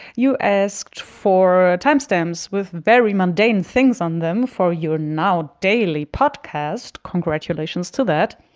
you asked for timestamps with very mundane things on them for your now daily podcast. congratulations to that.